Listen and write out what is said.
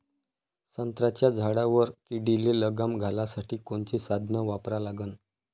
संत्र्याच्या झाडावर किडीले लगाम घालासाठी कोनचे साधनं वापरा लागन?